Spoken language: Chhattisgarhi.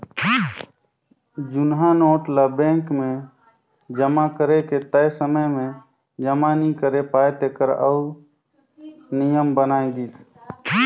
जुनहा नोट ल बेंक मे जमा करे के तय समे में जमा नी करे पाए तेकर बर आउ नियम बनाय गिस